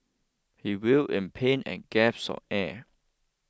he writh in pain and gasped for air